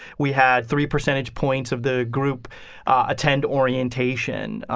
we had three percentage points of the group attend orientation.